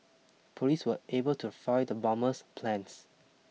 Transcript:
police were able to foil the bomber's plans